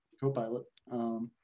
Co-pilot